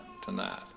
tonight